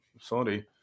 sorry